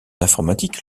informatique